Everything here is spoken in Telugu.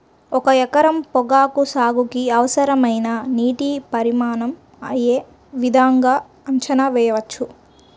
ఒక ఎకరం పొగాకు సాగుకి అవసరమైన నీటి పరిమాణం యే విధంగా అంచనా వేయవచ్చు?